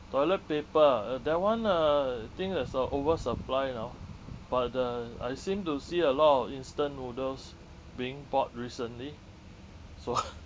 toilet paper ah uh that one uh think there's a over supply you know but the I seem to see a lot of instant noodles being bought recently so